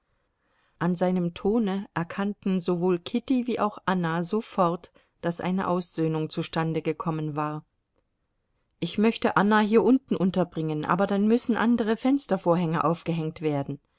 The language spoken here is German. an seinem tone erkannten sowohl kitty wie auch anna sofort daß eine aussöhnung zustande gekommen war ich möchte anna hier unten unterbringen aber dann müssen andere fenstervorhänge aufgehängt wer